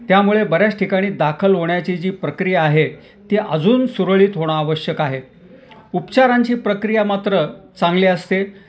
त्यामुळे बऱ्याच ठिकाणी दाखल होण्याची जी प्रक्रिया आहे ती अजून सुरळीत होणं आवश्यक आहे उपचारांची प्रक्रिया मात्र चांगली असते